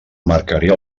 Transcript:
marcaria